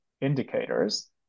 indicators